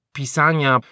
pisania